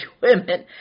women